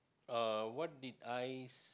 uh what did I s~